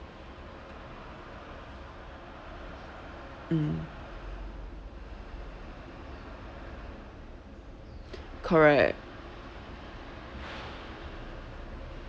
mm correct